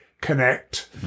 connect